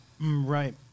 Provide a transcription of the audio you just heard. Right